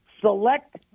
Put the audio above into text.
select